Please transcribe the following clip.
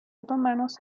otomanos